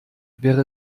wäre